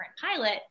pilot